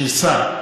של שר,